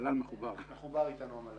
נציג המל"ל מחובר עכשיו.